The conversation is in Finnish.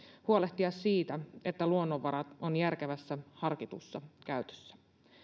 huolehtia siitä että luonnonvarat ovat järkevässä harkitussa käytössä